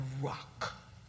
rock